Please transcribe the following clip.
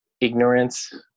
ignorance